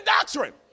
doctrine